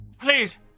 Please